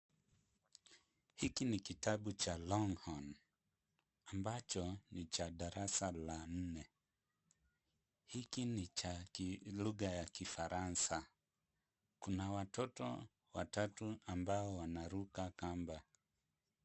Hiki ni kitabu cha longhorn ambacho ni cha darasa la nne. Hiki ni cha kilugha ya kifaransa. Kuna watoto watatu ambao wanaruka kamba.